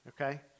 okay